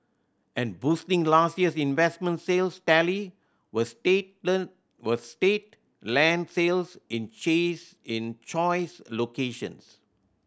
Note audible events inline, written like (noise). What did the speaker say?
and boosting last year's investment sales tally were state (unintelligible) were state land sales in cheese in choice locations